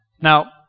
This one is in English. Now